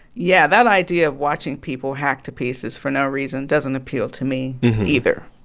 yeah, that idea of watching people hacked to pieces for no reason doesn't appeal to me either,